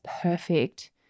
perfect